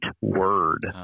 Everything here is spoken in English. word